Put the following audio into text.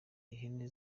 ihene